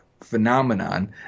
phenomenon